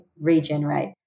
regenerate